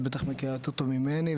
את בטח מכירה יותר טוב ממני,